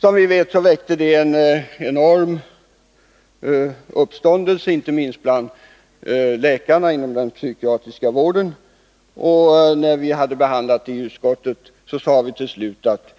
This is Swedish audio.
Som vi vet, väckte det enorm uppståndelse, inte minst bland läkarna inom den psykiatriska vården, och när vi behandlade ärendet i utskottet sade vi till slut att